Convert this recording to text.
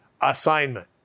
assignment